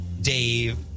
Dave